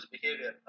behavior